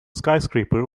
skyscraper